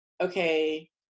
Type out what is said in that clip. okay